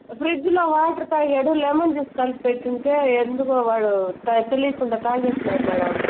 ఫ్రిడ్జ్లో వాటర్ తాగాడు lemon juice కలిపి పెట్టుంటే ఎందుకోవాడు తెలియకుండా తాగేసాడు మేడం